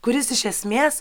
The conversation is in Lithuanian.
kuris iš esmės